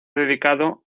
dedicado